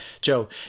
Joe